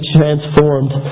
transformed